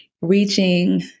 reaching